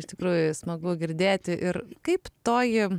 iš tikrųjų smagu girdėti ir kaip toji